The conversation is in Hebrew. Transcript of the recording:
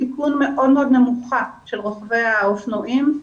תיקון מאוד-מאוד נמוכה של רוכבי האופנועים.